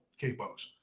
capos